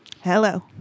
Hello